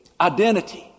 identity